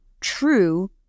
true